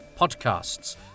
Podcasts